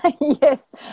Yes